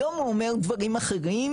היום הוא אומר דברים אחרים,